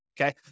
okay